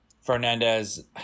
Fernandez